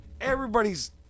everybody's